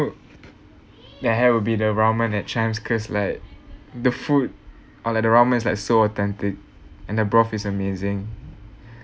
that I had will be the ramen at chijmes cause like the food or the ramen is like so authentic and the broth is amazing